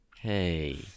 Hey